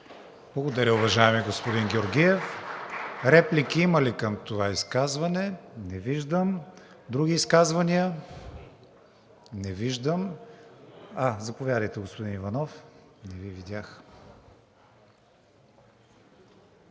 Благодаря, уважаеми господин Георгиев. Реплики има ли към това изказване? Не виждам. Други изказвания – заповядайте, господин Иванов.